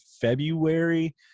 february